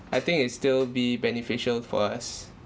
I think it's still be beneficial for us